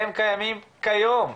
הם קיימים כיום.